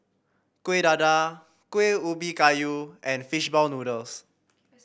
Kueh Dadar Kueh Ubi Kayu and Fishball Noodles